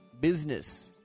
Business